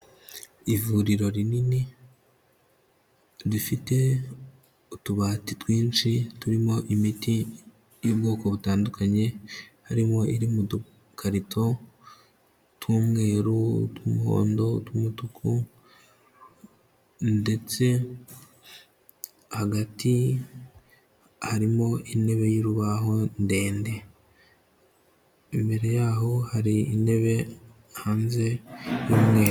Ivuriro rinini, rifite utubati twinshi turimo imiti y'ubwoko butandukanye, harimo iri mu dukarito tw'umweru, tw'umuhondo, tw'umutuku ndetse hagati harimo intebe y'urubaho ndende, imbere yaho hari intebe hanze y'umweru.